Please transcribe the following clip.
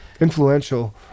Influential